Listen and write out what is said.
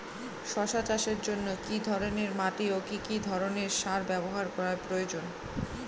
শশা চাষের জন্য কি ধরণের মাটি ও কি ধরণের সার ব্যাবহার করা প্রয়োজন?